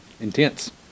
Intense